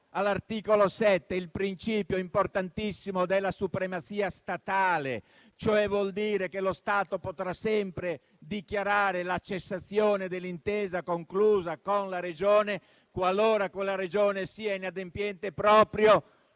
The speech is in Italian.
all'articolo 7 il principio importantissimo della supremazia statale, che vuol dire che lo Stato potrà sempre dichiarare la cessazione dell'intesa conclusa con la Regione, qualora essa sia inadempiente proprio